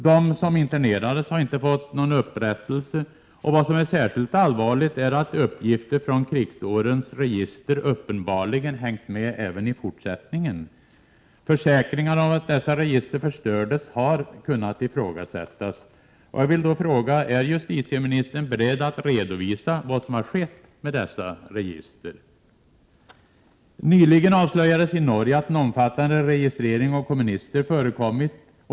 De som internerades har inte fått någon upprättelse. Det som är särskilt allvarligt är att uppgifter från krigsårens register uppenbarligen hängt med även i fortsättningen. Försäkringar om att dessa register förstörts har kunnat ifrågasättas. Är justitieministern beredd att redovisa vad det är som har hänt med dessa register? Nyligen avslöjades i Norge att en omfattande registrering av kommunister förekommit.